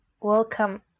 welcome